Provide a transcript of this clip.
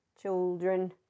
children